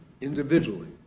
individually